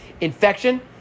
infection